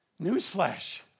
Newsflash